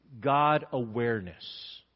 God-awareness